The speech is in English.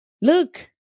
Look